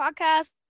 podcast